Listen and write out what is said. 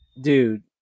dude